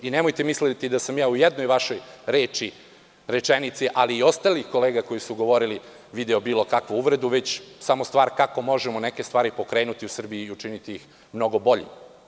Nemojte misliti da sam ja i u jednoj vašoj reči, rečenici, ali i ostalih kolega koji su govorili, video bilo kakvu ulogu, već je samo stvar kako možemo neke stvari pokrenuti u Srbiji i učiniti ih mnogo boljim.